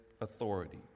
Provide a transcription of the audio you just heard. authority